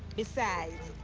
besides.